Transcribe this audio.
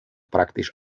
praktisch